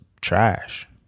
trash